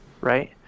right